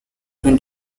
been